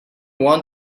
want